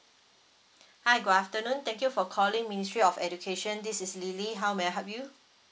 hi good afternoon thank you for calling ministry of education this is lily how may I help you